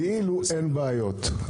כאילו אין בעיות.